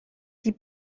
die